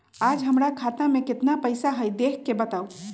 आज हमरा खाता में केतना पैसा हई देख के बताउ?